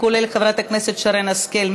כולל חברת הכנסת שרן השכל,